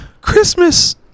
Christmas